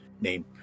named